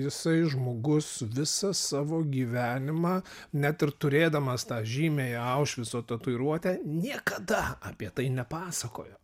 jisai žmogus visą savo gyvenimą net ir turėdamas tą žymiąją aušvico tatuiruotę niekada apie tai nepasakojo